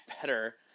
better